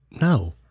No